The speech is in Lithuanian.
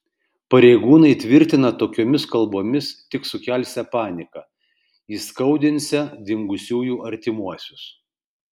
pareigūnai tvirtina tokiomis kalbomis tik sukelsią paniką įskaudinsią dingusiųjų artimuosius